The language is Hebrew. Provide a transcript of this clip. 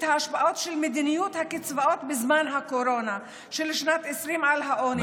ההשפעות של מדיניות הקצבאות בזמן הקורונה בשנת 2020 על העוני,